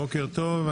בוקר טוב.